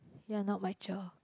you are not my cher